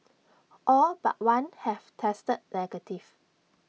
all but one have tested negative